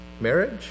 Marriage